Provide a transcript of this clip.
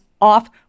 off